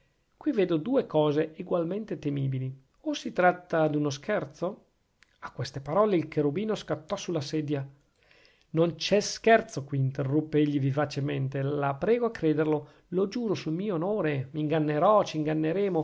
qui vedo due cose egualmente temibili o si tratta d'uno scherzo a queste parole il cherubino scattò sulla sedia non c'è scherzo qui interruppe egli vivacemente la prego a crederlo lo giuro sul mio onore